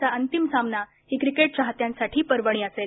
चा अंतिम सामना ही क्रिकेट चाहत्यांसाठी पर्वणी असेल